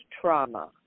trauma